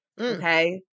Okay